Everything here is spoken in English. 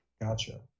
Gotcha